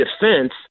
defense